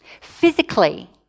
Physically